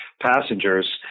passengers